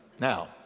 Now